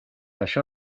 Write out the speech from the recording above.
això